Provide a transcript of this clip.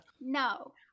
No